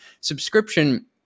Subscription